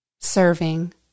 serving